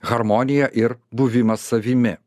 harmonija ir buvimas savimi